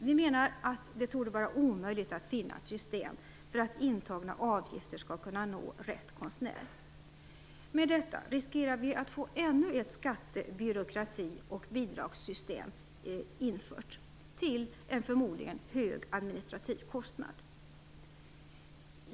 Vi menar att det torde vara omöjligt att finna ett system för att intagna avgifter skall kunna nå rätt konstnär. Med detta riskerar vi att få ännu ett skatte-, byråkrati och bidragssystem infört till en förmodligen hög administrativ kostnad.